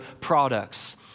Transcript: products